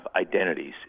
identities